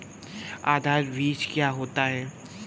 आधार बीज क्या होता है?